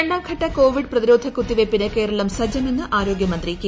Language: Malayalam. രണ്ടാംഘട്ട കോവിഡ് പ്രതിരോധകുത്തിവെപ്പിന് കേരളം സജ്ജമെന്ന് ആരോഗ്യമന്ത്രി കെ